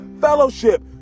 fellowship